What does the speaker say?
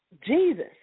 Jesus